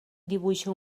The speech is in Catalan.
dibuixa